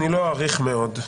אני לא אאריך מאוד.